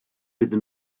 iddyn